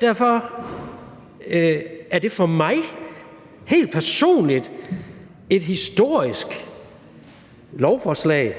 Derfor er det for mig helt personligt et historisk lovforslag,